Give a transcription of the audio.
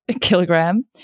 kilogram